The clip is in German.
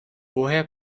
woher